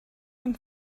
and